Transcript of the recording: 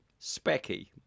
Specky